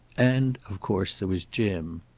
and, of course, there was jim.